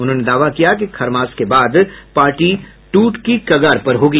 उन्होंने दावा किया कि खरमास के बाद पार्टी टूट की कगार पर होगी